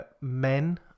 men